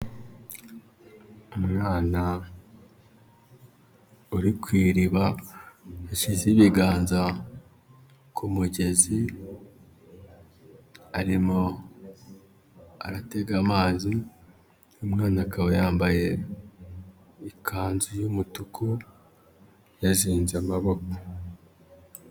Umwana uri ku iriba, yashyize ibiganza ku mugezi, arimo aratega amazi, umwana akaba yambaye ikanzu y'umutuku, yazinze amaboko.